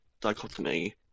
dichotomy